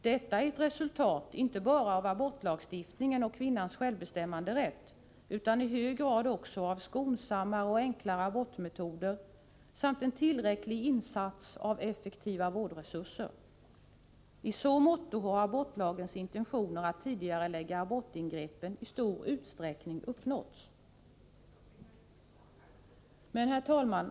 Detta är ett resultat inte bara av abortlagstiftningen och kvinnans självbestämmanderätt utan i hög grad också av skonsammare och enklare abortmetoder samt en tillräcklig insats av effektiva vårdresurser. I så måtto har abortlagens intentioner att tidigarelägga abortingreppen i stor utsträckning uppnåtts. Herr talman!